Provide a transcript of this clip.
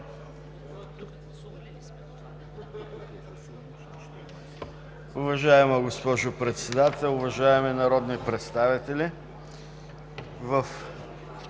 Уважаема госпожо Председател, уважаеми народни представители! Член